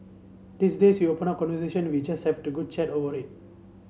these days open up conversation we just have to good chat over it